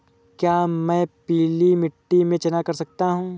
क्या मैं पीली मिट्टी में चना कर सकता हूँ?